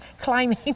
climbing